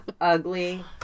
Ugly